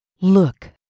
Look